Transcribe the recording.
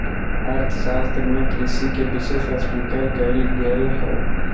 अर्थशास्त्र में कृषि के विशेष स्वीकार कइल गेल हइ